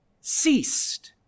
Ceased